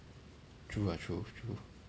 true ah true true